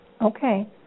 Okay